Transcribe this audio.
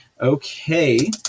Okay